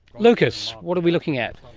lukas, what are we looking at?